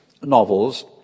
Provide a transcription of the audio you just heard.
novels